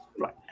Right